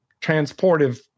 transportive